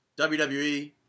WWE